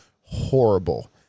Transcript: horrible